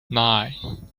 nine